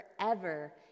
forever